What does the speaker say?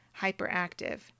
hyperactive